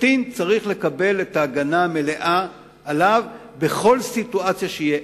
קטין צריך לקבל את ההגנה המלאה עליו בכל סיטואציה שתהיה.